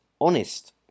honest